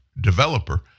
developer